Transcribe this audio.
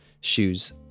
shoes